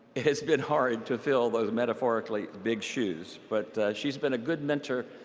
it's been hard to fill those metaphorically big shoes, but she's been a good mentor